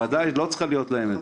בוודאי, לא צריכה להיות להם עמדה.